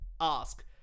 ask